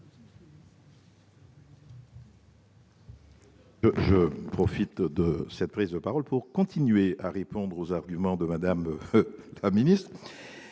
Je profite de cette prise de parole pour continuer à répondre aux arguments de Mme la ministre.